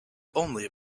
only